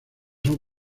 son